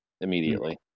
immediately